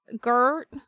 Gert